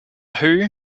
who